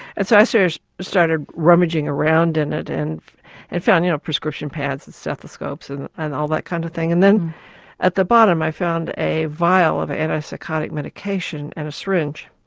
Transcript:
and so i so started rummaging around in it and and found you know prescription pads, pads, stethoscopes and and all that kind of thing and then at the bottom i found a vial of anti-psychotic medication and a syringe.